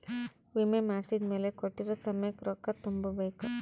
ವಿಮೆ ಮಾಡ್ಸಿದ್ಮೆಲೆ ಕೋಟ್ಟಿರೊ ಸಮಯಕ್ ರೊಕ್ಕ ತುಂಬ ಬೇಕ್